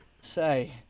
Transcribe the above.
Say